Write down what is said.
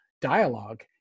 dialogue